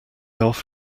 off